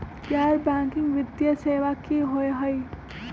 गैर बैकिंग वित्तीय सेवा की होअ हई?